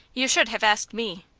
you should have asked me.